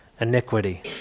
iniquity